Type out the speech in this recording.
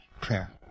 prayer